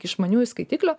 išmaniųjų skaitiklių